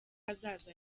hazaza